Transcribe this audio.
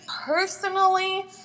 personally